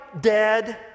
dead